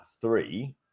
three